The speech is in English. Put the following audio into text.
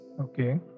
okay